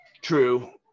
true